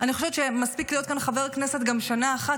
אני חושבת שמספיק להיות כאן חבר הכנסת גם שנה אחת,